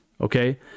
Okay